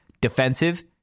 defensive